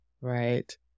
Right